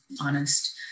honest